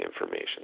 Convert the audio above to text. information